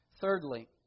Thirdly